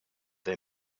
they